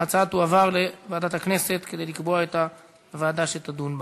ההצעה תועבר לוועדת הכנסת כדי לקבוע את הוועדה שתדון בה.